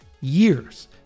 years